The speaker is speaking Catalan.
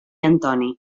antoni